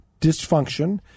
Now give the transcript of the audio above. dysfunction